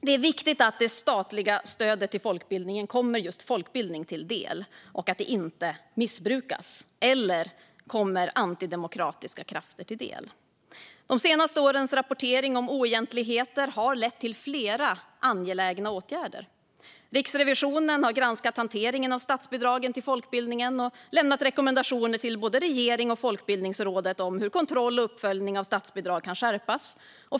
Det är viktigt att det statliga stödet till folkbildningen kommer just folkbildning till del och att det inte missbrukas eller kommer antidemokratiska krafter till del. De senaste årens rapportering om oegentligheter har lett till flera angelägna åtgärder. Riksrevisionen har granskat hanteringen av statsbidragen till folkbildningen och lämnat rekommendationer till både regeringen och Folkbildningsrådet om hur kontroll och uppföljning av statsbidrag kan skärpas.